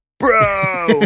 bro